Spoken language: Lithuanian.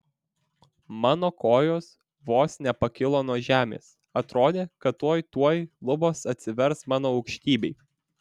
mano kojos vos nepakilo nuo žemės atrodė kad tuoj tuoj lubos atsivers mano aukštybei